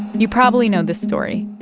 you probably know this story.